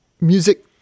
music